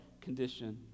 condition